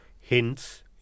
hints